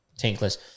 tankless